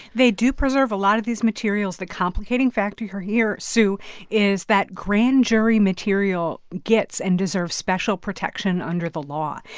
they do preserve a lot of these materials. the complicating factor here, sue is that grand jury material gets and deserves special protection under the law.